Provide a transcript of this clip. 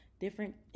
different